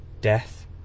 death